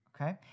Okay